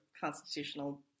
constitutional